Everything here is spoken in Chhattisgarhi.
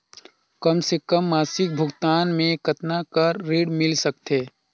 कम से कम मासिक भुगतान मे कतना कर ऋण मिल सकथे?